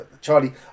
Charlie